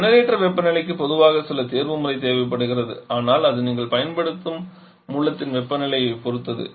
generator வெப்பநிலைக்கு பொதுவாக சில தேர்வுமுறை தேவைப்படுகிறது ஆனால் அது நீங்கள் பயன்படுத்தும் மூலத்தின் வெப்பநிலையைப் பொறுத்தது